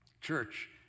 Church